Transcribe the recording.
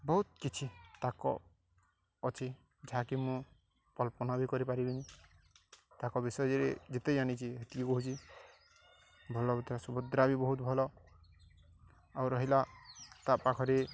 ବହୁତ କିଛି ତାକ ଅଛି ଯାହାକି ମୁଁ କଳ୍ପନା ବି କରିପାରିବିନି ତାଙ୍କ ବିଷୟରେ ଯେତେ ଜାଣିଛି ହେତିକି କହୁଛି ଭଲ ସୁଭଦ୍ରା ବି ବହୁତ ଭଲ ଆଉ ରହିଲା ତା' ପାଖରେ